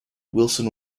wilson